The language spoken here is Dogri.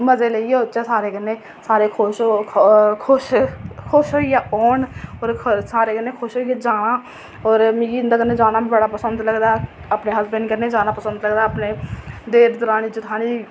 मज़े लेइयै औचै सारे कन्नै सारे खुश हो खुश सारे खुश होइयै औन होर सारें खुश होइयै जाना होर मिगी इंदे कन्नै जाना बी पसंद लगदा अपने हसबैं कन्नै जाना पसंद लगदा अपने देर दरानी जेठानी